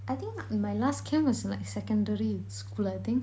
I think my last camp was in like secondary scool I think